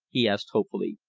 he asked hopefully.